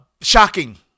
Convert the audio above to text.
shocking